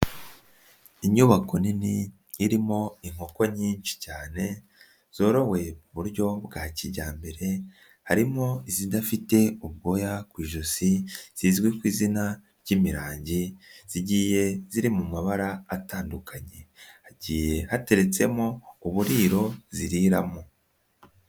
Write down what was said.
Inyubako nini irimo inkoko nyinshi cyane, zorowe mu buryo bwa kijyambere, harimo izidafite ubwoya ku ijosi, zizwi ku izina ry'imirangi, zigiye ziri mu mabara atandukanye, hagiye hateretsemo uburiro ziriramo.